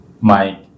Mike